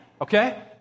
Okay